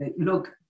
Look